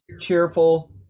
cheerful